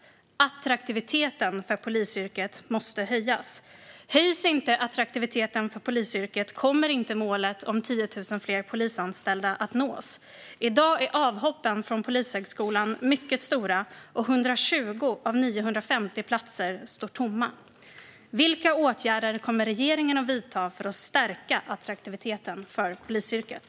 Polisyrkets attraktivitet måste höjas. Höjs inte attraktiviteten kommer inte målet om 10 000 fler polisanställda att nås. I dag är avhoppen från polishögskolan mycket stora, och 120 av 950 platser står tomma. Vilka åtgärder kommer regeringen att vidta för att stärka polisyrkets attraktivitet?